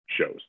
shows